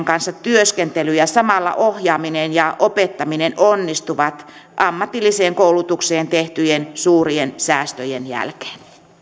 kanssa työpaikoilla ja samalla ohjaaminen ja opettaminen onnistuvat ammatilliseen koulutukseen tehtyjen suurien säästöjen jälkeen